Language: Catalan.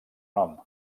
nom